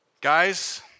Guys